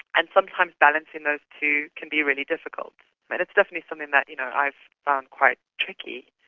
and sometimes balancing those two can be really difficult. but it's definitely something that you know i've found quite tricky.